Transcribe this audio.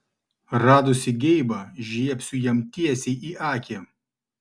radusi geibą žiebsiu jam tiesiai į akį